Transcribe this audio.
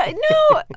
ah no,